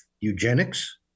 eugenics